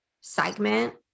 segment